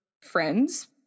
friends